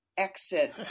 exit